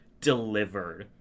delivered